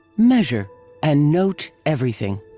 measure and note everything.